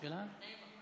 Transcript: נעים מאוד.